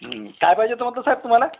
काय पाहिजे म्हटलं होतं साहेब तुम्हाला